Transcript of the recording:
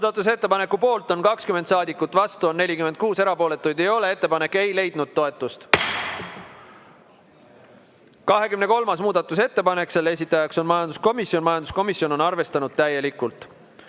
Muudatusettepaneku poolt on 20 saadikut, vastu on 46, erapooletuid ei ole. Ettepanek ei leidnud toetust. 23. muudatusettepanek, selle esitaja on majanduskomisjon, majanduskomisjon on arvestanud täielikult.